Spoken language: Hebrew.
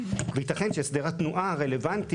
ויתכן שהסדר התנועה הרלוונטי,